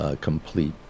complete